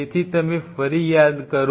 તેથી તમે ફરી યાદ કરો